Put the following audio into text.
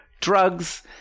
drugs